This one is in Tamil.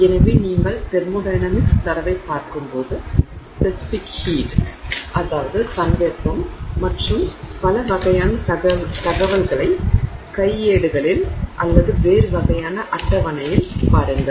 எனவே நீங்கள் தெர்மோடையனமிக்ஸ் தரவைப் பார்க்கும்போது ஸ்பெசிபிக் ஹீட் மற்றும் பல வகையான தகவல்களை கையேடுகளில் அல்லது வேறு வகையான அட்டவணையில் பாருங்கள்